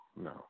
no